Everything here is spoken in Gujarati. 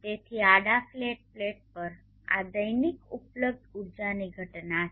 તેથી આડા ફ્લેટ પ્લેટ પર આ દૈનિક ઉપલબ્ધ ઊર્જાની ઘટના છે